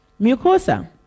Mucosa